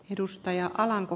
arvoisa puhemies